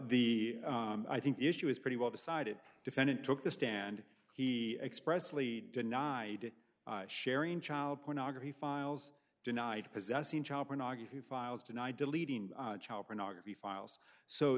e i think the issue is pretty well decided defendant took the stand he expressly denied it sharing child pornography files denied possessing child pornography files denied deleting child pornography files so